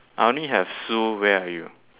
I only have sue where are you